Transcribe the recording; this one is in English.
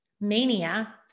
mania